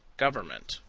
government.